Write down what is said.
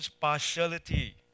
partiality